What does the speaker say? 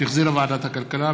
שהחזירה ועדת הכלכלה.